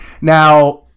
now